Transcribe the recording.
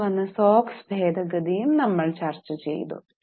തുടർന്ന് വന്ന സോക്സ് ഭേദഗതിയും നമ്മൾ ചർച്ച ചെയ്തു